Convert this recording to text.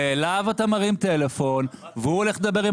שאליו אתה מרים טלפון והוא הולך לדבר עם